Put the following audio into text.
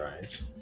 Right